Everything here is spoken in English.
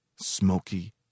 smoky